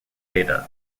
data